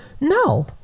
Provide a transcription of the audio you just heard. no